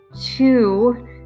Two